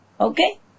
Okay